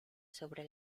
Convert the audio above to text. sobre